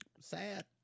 sad